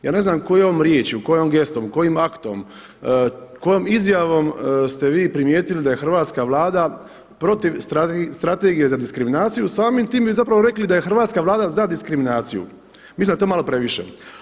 Ja ne znam kojom riječju, kojim gestom, kojim aktom, kojom izjavom ste vi primijetili da je hrvatska Vlada protiv Strategije za diskriminaciju i samim tim zapravo rekli da je hrvatska Vlada za diskriminaciju, mislim da je to malo previše.